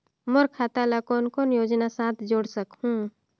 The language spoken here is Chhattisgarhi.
मोर खाता ला कौन कौन योजना साथ जोड़ सकहुं?